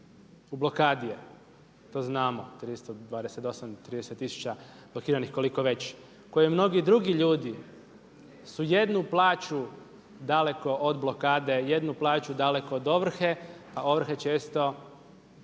u blokadi je to znamo, 328, 30 tisuća blokiranih koliko već, koje mnogi drugi ljudi su jednu plaću daleko od blokade, jednu plaću daleko od ovrhe, a ovrhe često